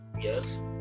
Yes